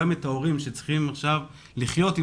קשה לראות גם את ההורים שעכשיו צריכים לחיות עם